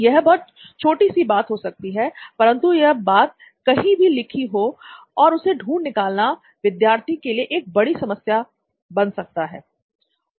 यह बहुत छोटा सी बात हो सकती है परंतु यह बात कहीं भी लिखी हो सकती है और इसे ढूंढ निकालना विद्यार्थी के लिए एक बड़ी समस्या बन सकता है